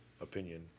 opinion